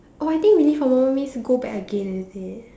oh I think relive a moment means can go back again is it